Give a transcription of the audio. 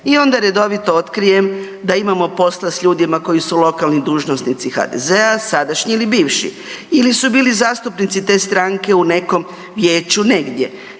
i onda redovito otkrijem da imamo posla s ljudima koji su lokalni dužnosnici HDZ-a, sadašnji ili bivši ili su bili zastupnici te stranke u nekom vijeću negdje